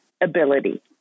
ability